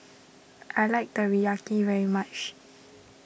I like Teriyaki very much